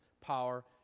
power